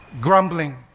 grumbling